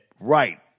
Right